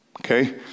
Okay